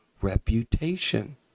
reputation